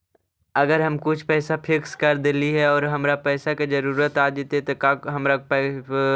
अगर हम कुछ पैसा फिक्स कर देली हे और हमरा पैसा के जरुरत आ जितै त का हमरा फिक्स पैसबा मिल सकले हे?